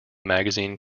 magazine